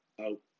out